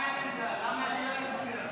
סעיף 1 נתקבל.